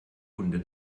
kunde